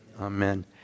Amen